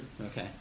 Okay